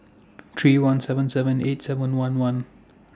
three one seven seven eight seven one one